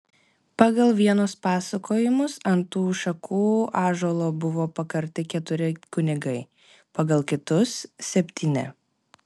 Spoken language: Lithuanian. pagal vienus pasakojimus ant tų šakų ąžuolo buvo pakarti keturi kunigai pagal kitus septyni